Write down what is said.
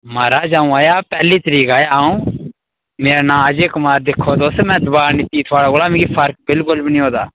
महाराज आऊं आया हा पैह्ली तरीक आया हां आऊं मेरा नांऽ अजय कुमार दिक्खो तुस दोआ लित्ती थोआढ़े कोला मी फर्क बिलकुल बी नेईं होए दा